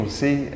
see